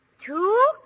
two